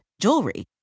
jewelry